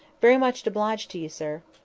very much obliged to you, sir.